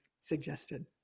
suggested